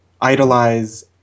idolize